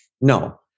No